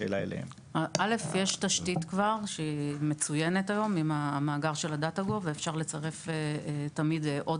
היום יש כבר תשתית מצוינת עם המאגר של ה-Data Gov,